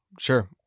Sure